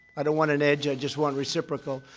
i don't want an edge i just want reciprocal.